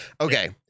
Okay